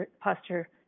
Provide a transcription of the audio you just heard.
posture